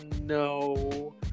no